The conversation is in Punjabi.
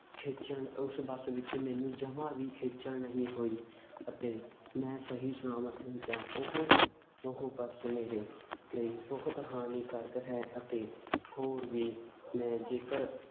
ਖੇਚਲ ਉਸ ਬੱਸ ਵਿੱਚ ਮੈਨੂੰ ਜਮਾਂ ਵੀ ਖੇਚਲ ਨਹੀਂ ਹੋਈ ਅਤੇ ਮੈਂ ਸਹੀ ਸਲਾਮਤ ਪਹੁੰਚਿਆ ਉਹ ਉਹ ਬੱਸ ਮੇਰੇ ਲਈ ਬਹੁਤ ਹਾਨੀਕਾਰਕ ਹੈ ਅਤੇ ਹੋਰ ਵੀ ਮੈਂ ਜੇਕਰ